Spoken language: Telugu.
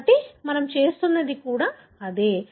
కాబట్టి మనం చేస్తున్నది కూడా అదే